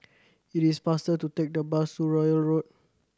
it is faster to take the bus to Royal Road